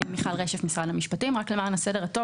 רק למען הסדר הטוב,